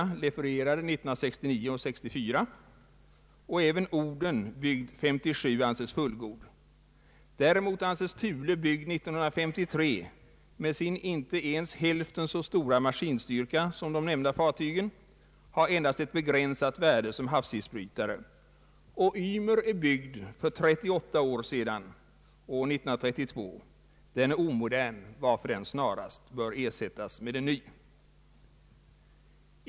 De är levererade 1969 respektive 1964. Även Oden, som är byggd 1957, anses fullgod. Däremot anses Thule, som är byggd 1953, med sin inte ens hälften så stora maskinstyrka som de nämnda fartygens ha endast ett begränsat värde som havsisbrytare. Ymer är byggd för 38 år sedan, år 1932, och den är omodern, varför den snarast bör ersättas med en ny.